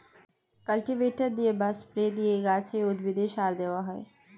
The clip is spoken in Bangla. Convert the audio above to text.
কাল্টিভেটর দিয়ে বা স্প্রে দিয়ে গাছে, উদ্ভিদে সার দেওয়া হয়